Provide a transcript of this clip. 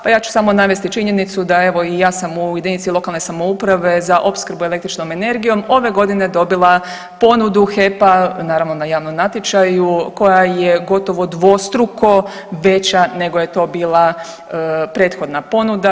Pa ja ću samo navesti činjenicu da evo i ja sam u jedinici lokalne samouprave za opskrbu električnom energijom ove godine dobila ponudu HEP-a naravno na javnom natječaju koja je gotovo dvostruko veća nego je to bila prethodna ponuda.